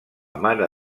mare